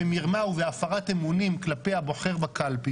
במרמה ובהפרת אמונים כלפי הבוחר בקלפי,